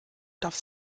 darf